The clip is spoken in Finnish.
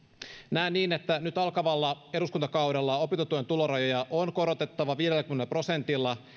näen niin että nyt alkavalla eduskuntakaudella opintotuen tulorajoja on korotettava viidelläkymmenellä prosentilla